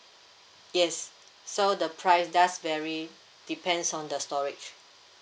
yes so the price does vary depends on the storage